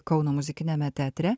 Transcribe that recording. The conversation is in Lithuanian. kauno muzikiniame teatre